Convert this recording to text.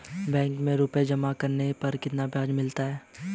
Bank में रुपये जमा करने पर कितना ब्याज मिलता है?